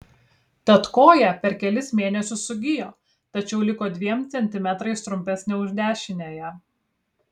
tad koja per kelis mėnesius sugijo tačiau liko dviem centimetrais trumpesnė už dešiniąją